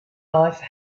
life